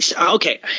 Okay